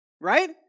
right